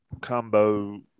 combo